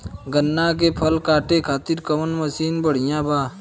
गन्ना के फसल कांटे खाती कवन मसीन बढ़ियां बा?